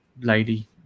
lady